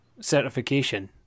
certification